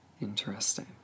Interesting